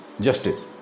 justice